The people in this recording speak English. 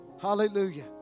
Hallelujah